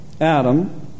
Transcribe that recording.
Adam